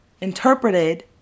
Interpreted